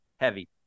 Heavy